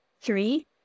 Three